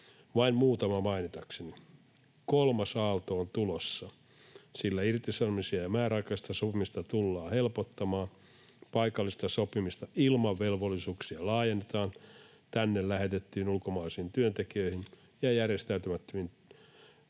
vain muutaman mainitakseni. Kolmas aalto on tulossa, sillä irtisanomista ja määräaikaista sopimista tullaan helpottamaan, paikallista sopimista ilman velvollisuuksia laajennetaan tänne lähetettyihin ulkomaalaisiin työntekijöihin ja järjestäytymättömiin yrityksiin,